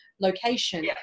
location